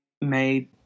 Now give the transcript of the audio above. made